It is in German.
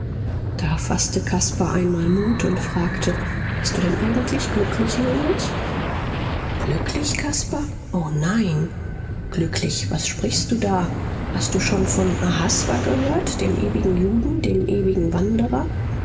da faßte caspar einmal mut und fragte bist du denn eigentlich glücklich heinrich glücklich caspar o nein glücklich was sprichst du da hast du schon von ahasver gehört dem ewigen juden dem ewigen wanderer